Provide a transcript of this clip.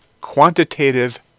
quantitative